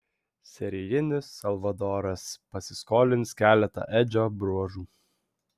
serijinis salvadoras pasiskolins keletą edžio bruožų